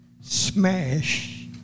smash